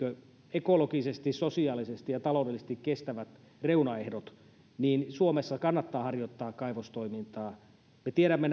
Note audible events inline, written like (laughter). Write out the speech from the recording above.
ekologisesti sosiaalisesti ja taloudellisesti kestävät reunaehdot suomessa kannattaa harjoittaa kaivostoimintaa me tiedämme (unintelligible)